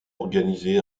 organisé